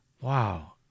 Wow